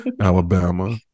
Alabama